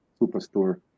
superstore